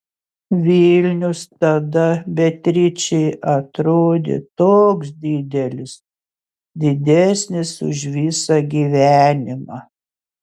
vilnius tada beatričei atrodė toks didelis didesnis už visą gyvenimą